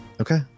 Okay